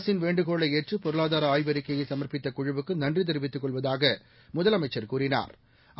அரசின் வேண்டுகோளை ஏற்று பொருளாதார ஆய்வறிக்கையை சம்ப்பித்த குழுவுக்கு நன்றி தெரிவித்துக் கொள்வதாக முதலமைச்சா் கூறினாா்